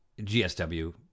GSW